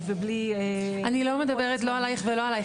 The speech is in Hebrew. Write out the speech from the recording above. אני לא מדברת לא עליך ולא עליך,